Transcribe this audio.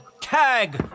Tag